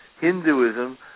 Hinduism